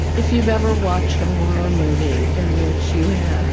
if you've ever watched a horror movie in which you had